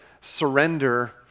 surrender